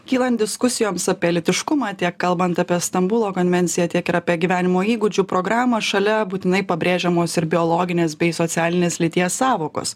kylant diskusijoms apie lytiškumą tiek kalbant apie stambulo konvenciją tiek ir apie gyvenimo įgūdžių programą šalia būtinai pabrėžiamos ir biologinės bei socialinės lyties sąvokos